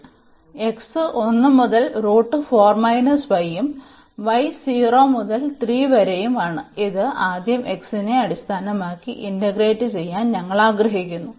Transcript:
അതിനാൽ x 1 മുതൽ ഉം y 0 മുതൽ 3 വരെയുമാണ് ഇത് ആദ്യം x നെ അടിസ്ഥാനമാക്കി ഇന്റഗ്രേറ്റ് ചെയ്യാൻ ഞങ്ങൾ ആഗ്രഹിക്കുന്നു